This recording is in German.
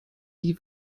die